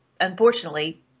unfortunately